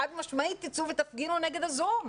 חד משמעית תצאו ותפגינו נגד ה-זום.